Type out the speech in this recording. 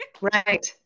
right